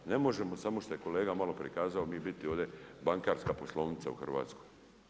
Ne možemo samo što je kolega maloprije kazao mi biti ovdje bankarska poslovnica u Hrvatskoj.